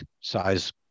size